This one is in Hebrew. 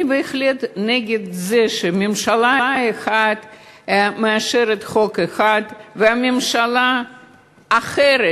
אני בהחלט נגד זה שממשלה אחת מאשרת חוק אחד וממשלה אחרת,